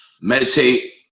Meditate